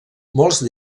molts